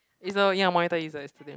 is a ya monitor lizard it's still there